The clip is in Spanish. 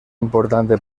importante